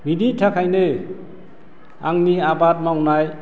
बिनि थाखायनो आंनि आबाद मावनाय